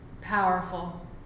Powerful